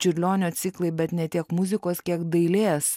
čiurlionio ciklai bet ne tiek muzikos kiek dailės